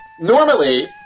normally